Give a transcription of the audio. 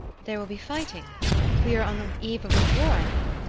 there will be fighting we are on the eve of war, i mean?